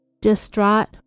distraught